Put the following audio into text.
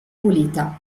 pulita